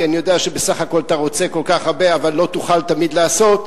כי אני יודע שבסך הכול אתה רוצה כל כך הרבה אבל לא תוכל תמיד לעשות,